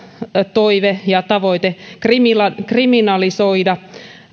toive ja tavoite kriminalisoida kriminalisoida